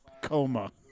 coma